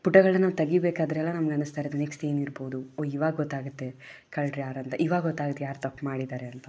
ಪುಟಗಳನ್ನು ತೆಗೀಬೇಕಾದರೆ ಎಲ್ಲ ನಮಗೆ ಅನ್ನಿಸ್ತಾ ಇರುತ್ತೆ ನೆಕ್ಸ್ಟ್ ಏನಿರ್ಬೋದು ಓ ಈವಾಗ ಗೊತ್ತಾಗುತ್ತೆ ಕಳ್ಳರು ಯಾರಂತ ಈವಾಗ ಗೊತ್ತಾಗುತ್ತೆ ಯಾರು ತಪ್ಪು ಮಾಡಿದ್ದಾರೆ ಅಂತ